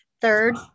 third